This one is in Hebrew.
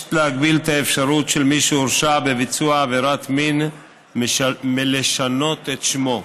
מבקשת להגביל את האפשרות של מי שהורשע בביצוע עבירת מין לשנות את שמו.